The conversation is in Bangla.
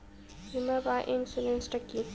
বিমা বা ইন্সুরেন্স টা কি?